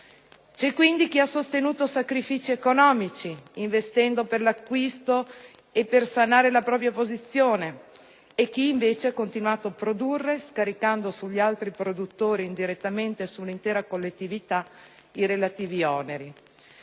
C'è quindi chi ha sostenuto sacrifici economici, investendo per l'acquisto e per sanare la propria posizione, e chi invece ha continuato a produrre scaricando sugli altri produttori e indirettamente sull'intera collettività i relativi oneri.